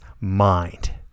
mind